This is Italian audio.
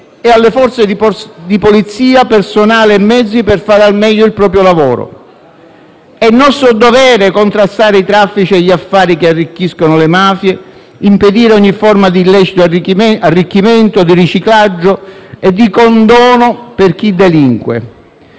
e alle forze di polizia personale e mezzi per fare al meglio il proprio lavoro. È nostro dovere contrastare i traffici e gli affari che arricchiscono le mafie, impedire ogni forma di illecito arricchimento, di riciclaggio e di condono per chi delinque.